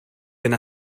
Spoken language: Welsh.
yna